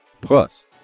Plus